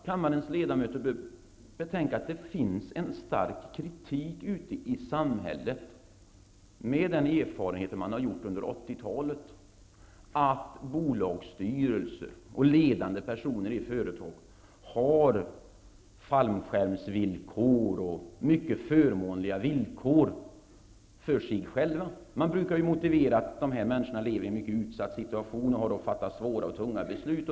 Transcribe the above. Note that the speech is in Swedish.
Kammarens ledamöter bör nog betänka att det förekommer stark kritik ute i samhället, utifrån de erfarenheter som gjorts under 1980-talet, mot att bolagsstyrelser och ledande personer i företag har fallskärmsvillkor och över huvud taget mycket förmånliga villkor för egen del. Motiveringen brukar ju vara att de här personerna har en mycket utsatt situation och att de har att fatta svåra och tunga beslut.